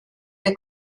der